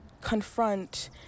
confront